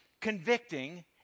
convicting